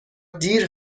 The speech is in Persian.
دیر